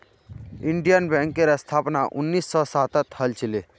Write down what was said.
Indian बैंकेर स्थापना उन्नीस सौ सातत हल छिले